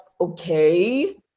okay